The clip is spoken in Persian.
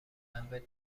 قلبت